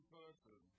person